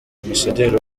ambasaderi